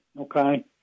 Okay